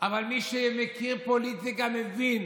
אבל מי שמכיר פוליטיקה מבין